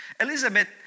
Elizabeth